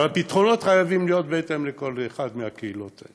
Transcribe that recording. על גג מבנה סמוך המתינו להם הרוצח אבו סנינה,